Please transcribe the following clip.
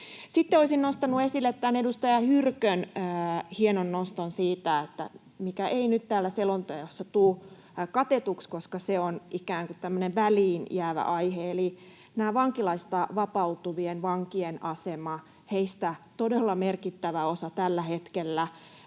olisin nostanut esille edustaja Hyrkön hienon noston siitä, mikä ei nyt täällä selonteossa tule katetuksi, koska se on ikään kuin tämmöinen väliin jäävä aihe, eli vankilasta vapautuvien vankien asemasta. Heistä todella merkittävä osa tällä hetkellä